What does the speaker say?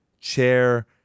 Chair